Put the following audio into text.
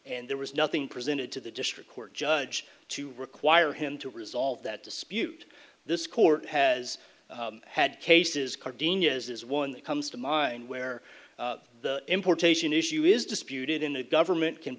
and there was nothing presented to the district court judge to require him to resolve that dispute this court has had cases cardini is one that comes to mind where the importation issue is disputed in the government can